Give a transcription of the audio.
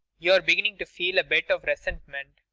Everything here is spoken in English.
you're beginning to feel a bit of resentment.